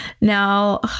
Now